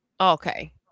Okay